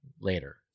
later